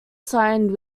signed